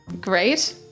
Great